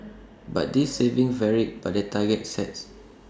but this saving varied by the targets sets